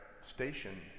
station